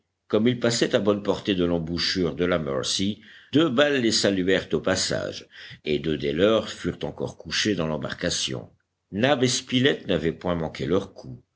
comme ils passaient à bonne portée de l'embouchure de la mercy deux balles les saluèrent au passage et deux des leurs furent encore couchés dans l'embarcation nab et spilett n'avaient point manqué leur coup